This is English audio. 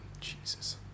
Jesus